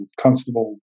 constable